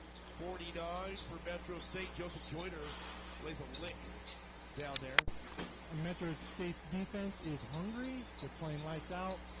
forty died for petro state joseph joyner lays a lick down there and metro state's defense is hungry they're playing lights-out.